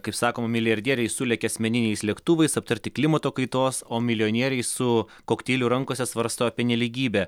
kaip sakoma milijardieriai sulekia asmeniniais lėktuvais aptarti klimato kaitos o milijonieriai su kokteiliu rankose svarsto apie nelygybę